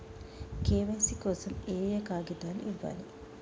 KYC కోసం ఏయే కాగితాలు ఇవ్వాలి?